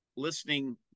listening